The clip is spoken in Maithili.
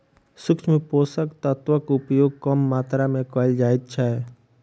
सूक्ष्म पोषक तत्वक उपयोग कम मात्रा मे कयल जाइत छै